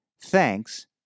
thanks